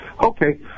Okay